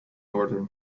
northern